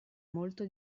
molto